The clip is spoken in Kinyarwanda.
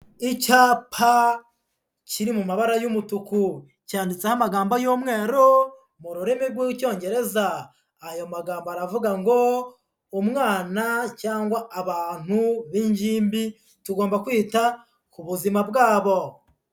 Icyapa kiri mu mabara y'umutuku. Cyanditseho amagambo y'umweru, mu rurimi rw'icyongereza. Ayo magambo aravuga ngo "Umwana cyangwa abantu b'ingimbi, tugomba kwita ku buzima bwabo".